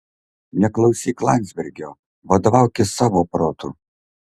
neklausyk landzbergo vadovaukis savo protu